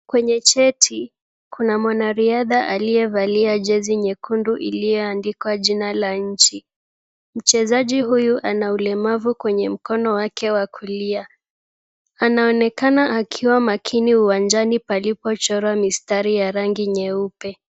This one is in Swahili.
Kwenye cheti kuna mwanariadha aliyevalia jezi nyekundu iliyoandikwa jina la nchi. Mchezaji huyu ana ulemavu kwenye mkono wake wa kulia. Anaonekana akiwa makini uwanjani palipochorwa mistari ya rangi nyeupe.